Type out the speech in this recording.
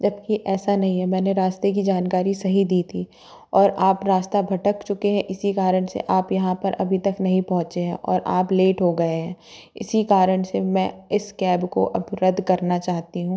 जबकि ऐसा नहीं है मैंने रास्ते की जानकारी सही दी थी और आप रास्ता भटक चुके हैं इसी कारण से आप यहाँ पर अभी तक नहीं पहुंचे हैं और आप लेट हो गए हैं इसी कारण से मैं इस कैब को अब रद्द करना चाहती हूँ